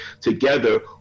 together